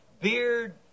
beard